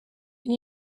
and